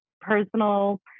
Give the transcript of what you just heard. personal